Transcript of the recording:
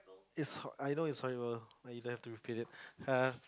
is I know is horrible like you don't have to repeat it err